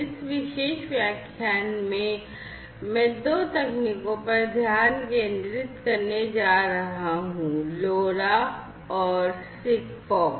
इस विशेष व्याख्यान में मैं दो तकनीकों पर ध्यान केंद्रित करने जा रहा हूं LoRa और SIGFOX